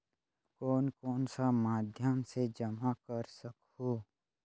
कौन कौन सा माध्यम से जमा कर सखहू?